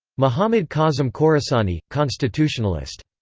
mohammad-kazem khorasani, constitutionalist.